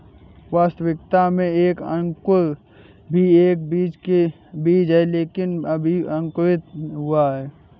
वास्तविकता में एक अंकुर भी एक बीज है लेकिन अभी अंकुरित हुआ है